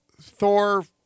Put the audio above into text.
Thor